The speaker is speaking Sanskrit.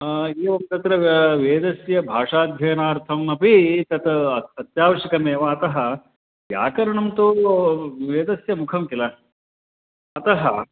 एवं तत्र वेदस्य भाषाध्ययनार्थम् अपि तत् अत्यावश्यकमेव अतः व्याकरणं तु वेदस्य मुखं किल अतः